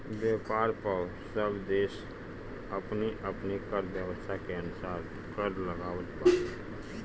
व्यापार पअ सब देस अपनी अपनी कर व्यवस्था के अनुसार कर लगावत बाने